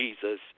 Jesus